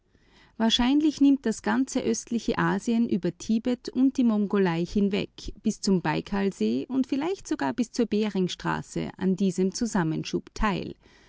wahrscheinlich nahm das ganze östliche asien über tibet und die mongolei hinweg bis zum baikalsee und vielleicht sogar bis zur beringstraße an diesem